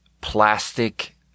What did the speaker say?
plastic